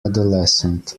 adolescent